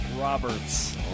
roberts